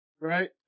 Right